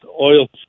oil